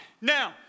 Now